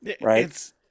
Right